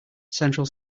central